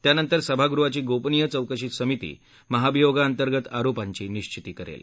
त्यानंतर सभागृहाची गोपनीय चौकशी समिती महाभियोगाअंतर्गत आरोपांची निश्चिती करेल